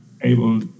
able